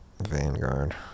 Vanguard